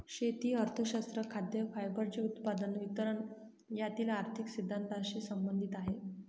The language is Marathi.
शेती अर्थशास्त्र खाद्य, फायबरचे उत्पादन, वितरण यातील आर्थिक सिद्धांतानशी संबंधित आहे